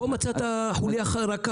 פה מצאת חוליה חלשה.